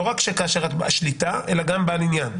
לא כאשר השליטה, אלא גם בעל העניין.